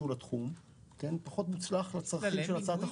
לתחום פחות מוצלח לצרכים של הצעת החוק.